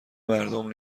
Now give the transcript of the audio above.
مردم